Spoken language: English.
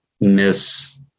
miss